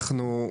אנחנו,